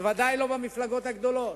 בוודאי לא במפלגות הגדולות,